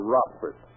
Rockford